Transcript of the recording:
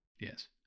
Yes